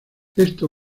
esto